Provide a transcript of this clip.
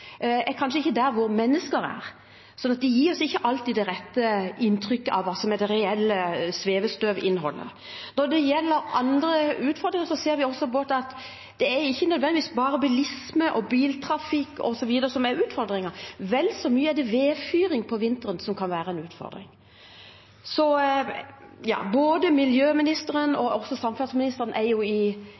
er kanskje ikke der hvor mennesker er, sånn at det ikke alltid gir oss det rette inntrykket av hva som er det reelle svevestøvinnholdet. Når det gjelder andre utfordringer, ser vi også at det ikke nødvendigvis bare er bilisme og biltrafikk osv. som er utfordringen, vel så mye er det vedfyring om vinteren som kan være en utfordring. Både miljøministeren og samferdselsministeren er jo inne i